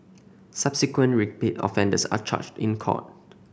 subsequent repeat offenders are charged in court